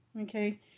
Okay